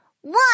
One